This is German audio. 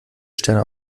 sterne